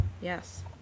Yes